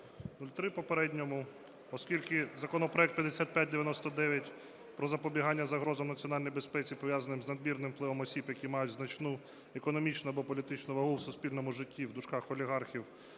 оскільки законопроект 5599 про запобігання загрозам національній безпеці, пов'язаним із надмірним впливом осіб, які мають значну економічну або політичну вагу в суспільному житті (олігархів)